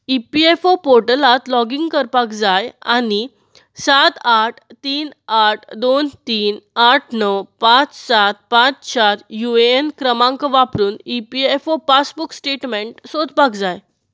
E P एफतलो पोर्टलांत login करपाक जाय आनी सात आठ तीन आठ दोन तीन आठ णव पांच सात पांच चार यू एन क्रमांक वापरुन ई पी एफतलो पासबूक स्टेटमेंट सोदपाक जाय